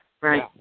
Right